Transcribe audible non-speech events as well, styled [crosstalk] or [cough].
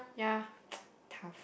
yeah [noise] tough